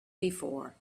before